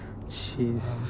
Jeez